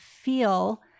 feel